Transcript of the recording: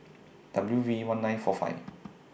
W V one nine four five